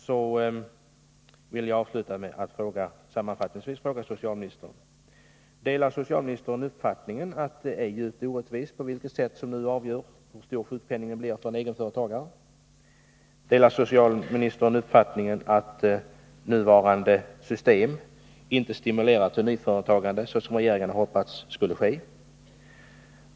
Jag vill sammanfattningsvis avsluta med att fråga socialministern: Delar socialministern uppfattningen att det sätt på vilket det nu avgörs hur stor sjukpenningen blir för en egenföretagare är djupt orättvist? Delar socialministern uppfattningen att nuvarande system inte stimulerar till nyföretagande, såsom regeringen hade hoppats skulle ske?